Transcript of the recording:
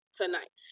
tonight